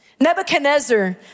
Nebuchadnezzar